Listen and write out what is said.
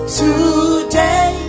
today